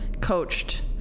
coached